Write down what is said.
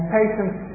patience